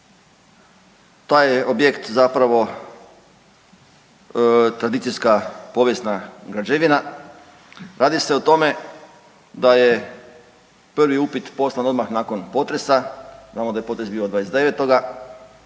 Taj je objekt zapravo tradicijska povijesna građevina. Radi se o tome da je prvi upit poslan odmah nakon potresa. Znamo da je potres bio 29.